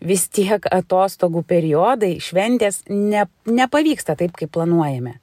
vis tiek atostogų periodai šventės ne nepavyksta taip kaip planuojame